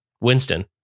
Winston